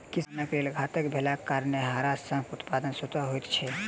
किसानक लेल घातक भेलाक कारणेँ हड़ाशंखक उत्पादन स्वतः होइत छै